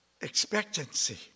expectancy